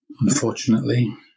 unfortunately